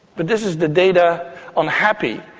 but this is the data on happy,